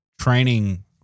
training